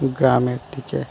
গ্রামের দিকে